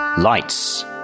Lights